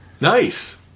Nice